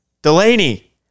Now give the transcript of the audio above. Delaney